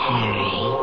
Harry